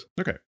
okay